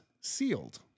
Sealed